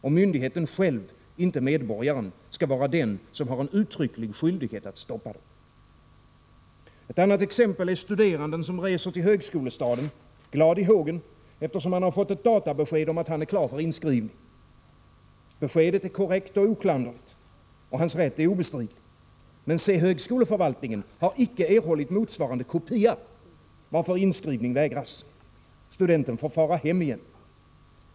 Och myndigheten själv, inte medborgaren, skall vara den som har en uttrycklig skyldighet att stoppa dem. Ett annat exempel är studeranden som reser till högskolestaden glad i hågen eftersom han fått ett databesked om att han är klar för inskrivning. Beskedet är korrekt och oklanderligt, och hans rätt är obestridlig. Men se, högskoleförvaltningen har icke erhållit motsvarande kopia, varför inskrivning vägras. Studenten får fara hem igen.